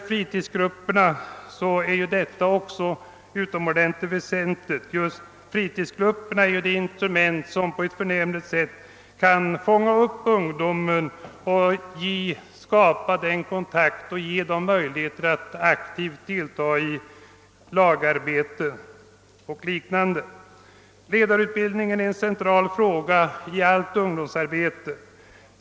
Fritidsgrupperna är ju utomordentligt väsentliga eftersom de utgör ett instrument för att fånga upp ungdomarna, skapa kontakt och bereda möjligheter att aktivt delta i lagarbete och liknande. Ledarutbildningen är en central fråga i allt ungdomsarbete.